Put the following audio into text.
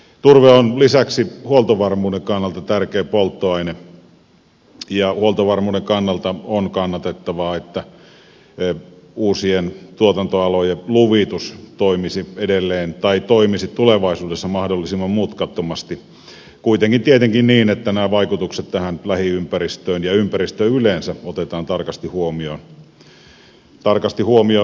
turve on lisäksi huoltovarmuuden kannalta tärkeä polttoaine ja huoltovarmuuden kannalta on kannatettavaa että uusien tuotantoalojen luvitus toimisi tulevaisuudessa mahdollisimman mutkattomasti kuitenkin tietenkin niin että vaikutukset lähiympäristöön ja ympäristöön yleensä otetaan tarkasti huomioon